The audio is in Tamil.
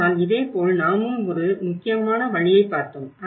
ஆனால் இதேபோல் நாமும் ஒரு முக்கியமான வழியை பார்த்தோம்